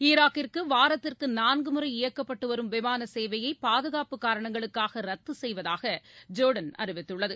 ஈராக்குக்கு வாரத்திற்கு நான்கு முறை இயக்கப்டட்டு வரும் விமான சேவையை பாதுகாப்பு வரணங்களுக்காக ரத்து செய்வதாக ஜோர்டான் அறிவித்துள்ளது